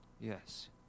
Yes